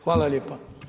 Hvala lijepa.